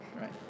Right